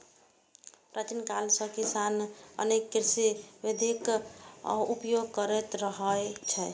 प्राचीन काल सं किसान अनेक कृषि विधिक उपयोग करैत रहल छै